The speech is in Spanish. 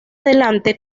adelante